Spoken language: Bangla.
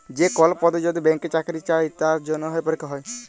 যে কল পদে যদি ব্যাংকে চাকরি চাই তার জনহে পরীক্ষা হ্যয়